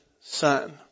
son